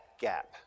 gap